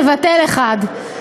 נבטל אחד.